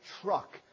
truck